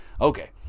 Okay